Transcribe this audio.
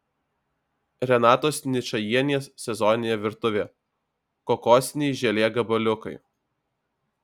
renatos ničajienės sezoninė virtuvė kokosiniai želė gabaliukai